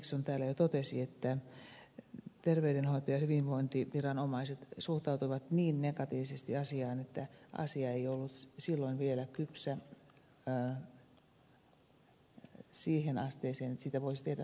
henriksson täällä jo totesi terveydenhoito ja hyvinvointiviranomaiset suhtautuivat niin negatiivisesti asiaan että asia ei ollut silloin vielä kypsä siihen asteeseen että siitä olisi voinut tehdä lakialoitteen